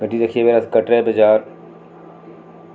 ते गड्डी रक्खियै अस कटरै बाज़ार